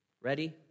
Ready